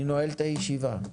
אני נועל את הישיבה.